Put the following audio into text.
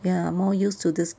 ya we are more used to this